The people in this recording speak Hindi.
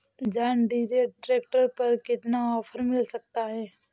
जॉन डीरे ट्रैक्टर पर कितना ऑफर मिल सकता है?